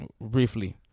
briefly